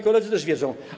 Koledzy też to wiedzą.